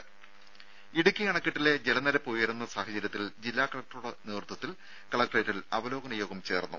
ദ്ദേ ഇടുക്കി അണക്കെട്ടിലെ ജലനിരപ്പ് ഉയരുന്ന സാഹചര്യത്തിൽ ജില്ലാ കലക്ടറുടെ നേതൃത്വത്തിൽ കലക്ടറേറ്റിൽ അവലോകന യോഗം ചേർന്നു